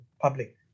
public